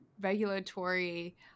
regulatory